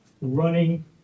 running